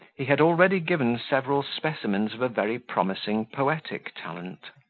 he had already given several specimens of a very promising poetic talent.